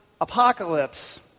apocalypse